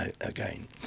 again